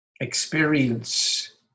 experience